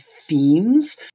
themes